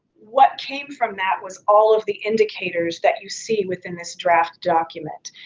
what came from that was all of the indicators that you see within this draft document.